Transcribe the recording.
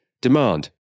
demand